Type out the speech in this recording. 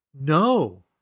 No